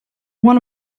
one